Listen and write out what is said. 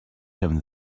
him